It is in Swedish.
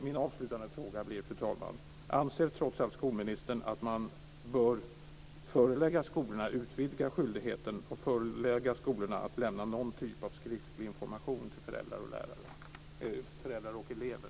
Min avslutande fråga blir, fru talman: Anser trots allt skolministern att man bör utvidga skyldigheten och förelägga skolorna att lämna någon typ av skriftlig information till föräldrar och lärare, förlåt, föräldrar och elever.